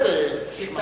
שרציתי להגיד.